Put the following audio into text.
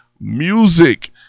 Music